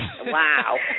Wow